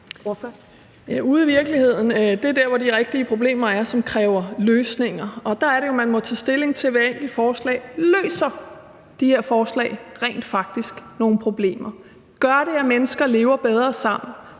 Ude i virkeligheden er dér, hvor de rigtige problemer er, som kræver løsninger, og der er det jo, man må tage stilling til hvert enkelt forslag. Løser de her forslag rent faktisk nogle problemer? Gør de, at mennesker lever bedre sammen?